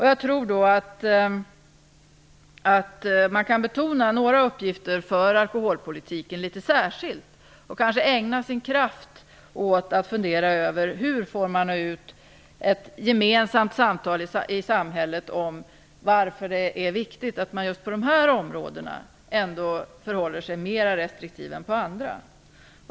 Jag tror att man särskilt kan betona några uppgifter för alkoholpolitiken och ägna sin kraft åt att fundera över hur man får till stånd ett gemensamt samtal i samhället om varför det är viktigt att just på vissa områden förhålla sig mer restriktiv än på andra.